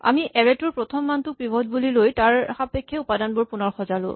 আমি এৰে টোৰ প্ৰথম মানটোক পিভট বুলি লৈ তাৰ সাপেক্ষে উপাদানবোৰক পুণৰ সজালো